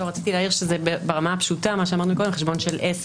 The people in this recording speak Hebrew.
מה שאמרנו קודם, ברמה הפשוטה זה חשבון של עסק.